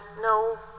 no